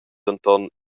denton